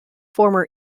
former